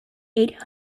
eight